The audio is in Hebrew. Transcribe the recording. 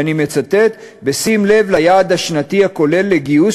ואני מצטט: "בשים לב ליעד השנתי הכולל לגיוס